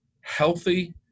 healthy